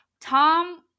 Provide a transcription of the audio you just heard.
Tom